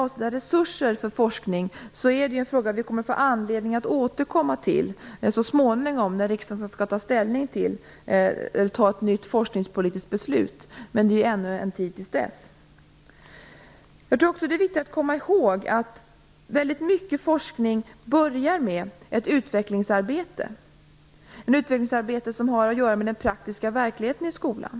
Avsättande av resurser för forskning är en fråga som vi kommer att få anledning att återkomma till när riksdagen så småningom skall fatta ett nytt forskningspolitiskt beslut. Men det återstår ju ännu en tid till dess. Jag tror också att det är viktigt att komma ihåg att väldigt mycket forskning börjar med ett utvecklingsarbete - ett utvecklingsarbete som har att göra med den praktiska verkligheten i skolan.